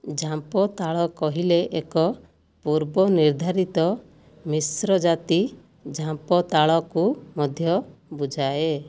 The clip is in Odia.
ଝାମ୍ପ ତାଳ କହିଲେ ଏକ ପୂର୍ବନିର୍ଦ୍ଧାରିତ ମିସ୍ର ଜାତି ଝାମ୍ପ ତାଳକୁ ମଧ୍ୟ ବୁଝାଏ